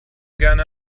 gerne